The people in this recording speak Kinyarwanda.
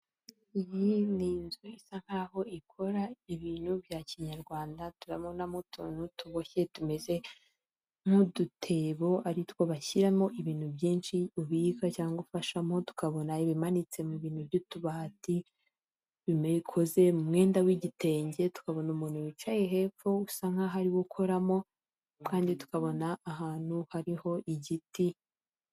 Iyi n'inzu isa nk'aho ikora ibintu bya kinyarwanda turabonamo utuntu tuboshye tumeze nk'udutebo ari two bashyiramo ibintu byinshi, ubika cyangwa ufashamo ,tukabona ibimanitse mu bintu by'utubati bimeze nkibikoze mu mwenda w'igitenge, tukabona umuntu wicaye hepfo usa nk'aho ariwe ukoramo kandi tukabona ahantu hariho igiti.